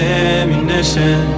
ammunition